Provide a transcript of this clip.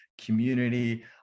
community